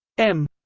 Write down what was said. m,